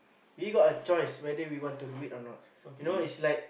we got a choice whether we want to do it or not you know it's like